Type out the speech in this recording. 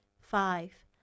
Five